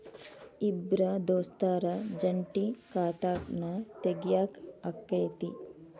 ಇಬ್ರ ದೋಸ್ತರ ಜಂಟಿ ಖಾತಾನ ತಗಿಯಾಕ್ ಆಕ್ಕೆತಿ?